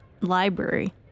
library